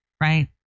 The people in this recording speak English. Right